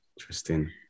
interesting